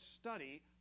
study